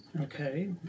Okay